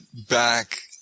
back